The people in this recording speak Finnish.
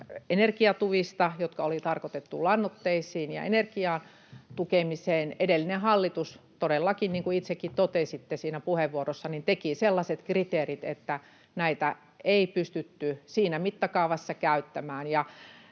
energiatuista, jotka oli tarkoitettu lannoitteisiin ja energian tukemiseen, että edellinen hallitus todellakin, niin kuin itsekin totesitte siinä puheenvuorossa, teki sellaiset kriteerit, että näitä ei pystytty siinä mittakaavassa käyttämään.